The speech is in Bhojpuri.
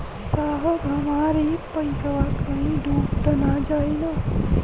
साहब हमार इ पइसवा कहि डूब त ना जाई न?